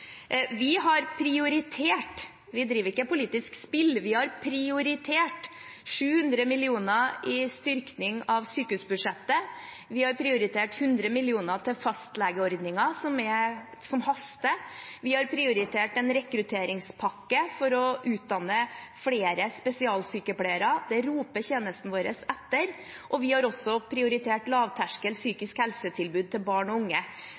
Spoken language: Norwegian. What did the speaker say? Vi har prioritert – vi driver ikke med politisk spill. Vi har prioritert 700 mill. kr til styrking av sykehusbudsjettet. Vi har prioritert 100 mill. kr til fastlegeordningen, noe som haster. Vi har prioritert en rekrutteringspakke for å utdanne flere spesialsykepleiere, det roper tjenestene våre etter. Vi har også prioritert lavterskel psykisk helsetilbud til barn og unge.